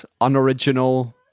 unoriginal